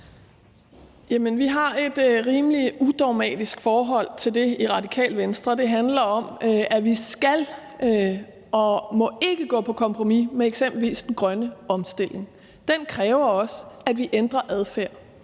Vi har et rimelig udogmatisk forhold til det i Radikale Venstre, og det handler om, at vi ikke skal og ikke må gå på kompromis med eksempelvis den grønne omstilling. Den kræver også, at vi ændrer adfærd.